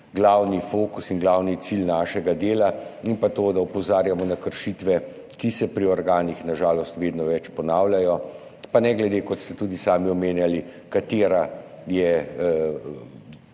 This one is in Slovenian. glavni fokus in glavni cilj našega dela, in pa to, da opozarjamo na kršitve, ki se pri organih na žalost vedno večkrat ponavljajo, pa ne glede na to, kot ste tudi sami omenjali, katera je